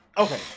Okay